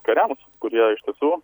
kariams kurie iš tiesų